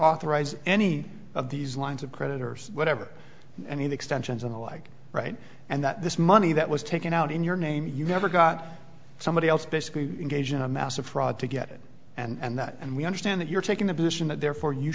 authorized any of these lines of creditors whatever and extensions and the like right and that this money that was taken out in your name you never got somebody else basically engaged in a massive fraud to get it and that and we understand that you're taking the position that therefore you